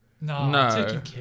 No